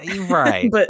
right